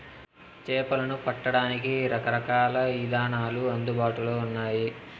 చేపలను పట్టడానికి రకరకాల ఇదానాలు అందుబాటులో ఉన్నయి